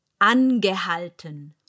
Angehalten